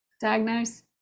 diagnose